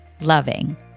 loving